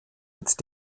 mit